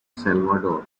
salvador